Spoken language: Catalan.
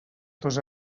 tos